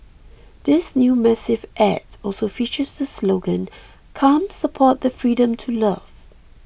this new massive add also features the slogan come support the freedom to love